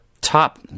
top